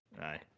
Aye